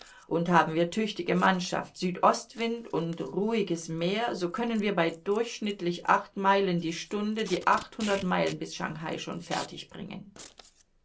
und haben wir tüchtige mannschaft südostwind und ruhiges meer so können wir bei durchschnittlich acht meilen die stunde die achthundert meilen bis schangai schon